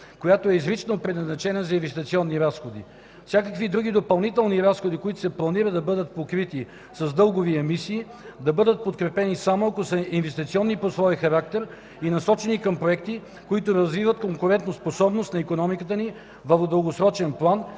която е изрично предназначена за инвестиционни разходи. Всякакви други допълнителни разходи, които се планира да бъдат покрити с дългови емисии, да бъдат подкрепени само ако са инвестиционни по своя характер и насочени към проекти, които развиват конкурентоспособност на икономиката ни в дългосрочен план,